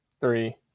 three